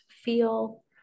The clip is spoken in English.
feel